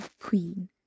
queen